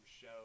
show